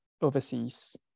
overseas